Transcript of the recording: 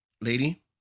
Lady